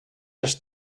les